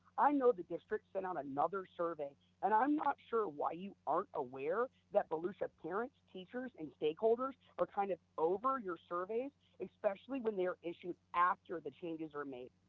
i know the district sent out another survey and i'm not sure why you aren't aware that volusia parents, teachers, and stakeholders are kind of over your survey, especially when there are issues after the changes were made.